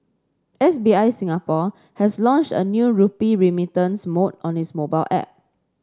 S B I Singapore has launched a new rupee remittance mode on its mobile app